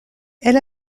elle